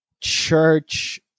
church